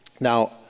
Now